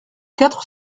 quatre